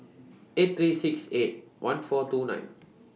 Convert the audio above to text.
eight three six eight one four two nine